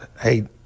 hey